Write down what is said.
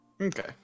Okay